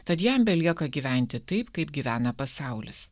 tad jam belieka gyventi taip kaip gyvena pasaulis